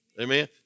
Amen